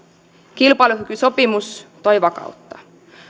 kilpailukykysopimus toi vakautta